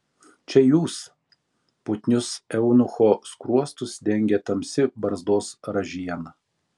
čia jūs putnius eunucho skruostus dengė tamsi barzdos ražiena